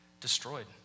destroyed